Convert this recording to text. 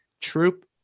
Troop